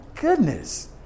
goodness